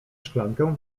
szklankę